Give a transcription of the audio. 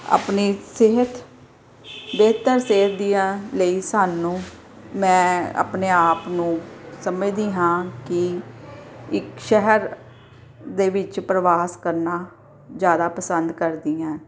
ਆਪਣੇ ਸਿਹਤ ਬਿਹਤਰ ਸਿਹਤ ਦੀਆਂ ਲਈ ਸਾਨੂੰ ਮੈਂ ਆਪਣੇ ਆਪ ਨੂੰ ਸਮਝਦੀ ਹਾਂ ਕਿ ਇੱਕ ਸ਼ਹਿਰ ਦੇ ਵਿੱਚ ਪ੍ਰਵਾਸ ਕਰਨਾ ਜ਼ਿਆਦਾ ਪਸੰਦ ਕਰਦੀ ਹਾਂ